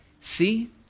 See